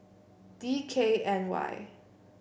D K N Y